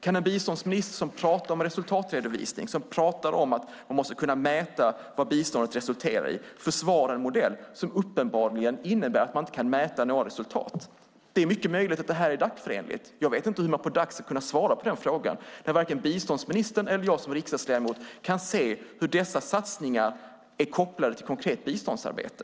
Kan en biståndsminister som pratar om resultatredovisning och om att man måste kunna mäta vad biståndet resulterar i försvara en modell som uppenbarligen innebär att man inte kan mäta några resultat? Det är mycket möjligt att detta är Dacförenligt. Jag vet inte hur man på Dac ska kunna svara på den frågan, när varken biståndsministern eller jag som riksdagsledamot kan se hur dessa satsningar är kopplade till konkret biståndsarbete.